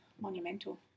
monumental